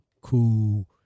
cool